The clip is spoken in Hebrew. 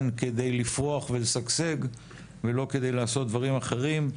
כדי לפרוח ולשגשג ולא כדי לעשות דברים אחרים,